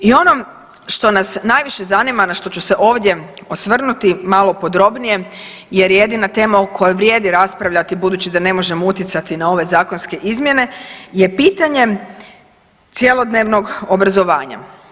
I ono što nas najviše zanima, na što ću se ovdje osvrnuti malo podrobnije jer jedina tema o kojoj vrijedi raspravljati budući da ne možemo utjecati na ove zakonske izmjene je pitanje cjelodnevnog obrazovanja.